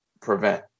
prevent